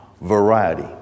variety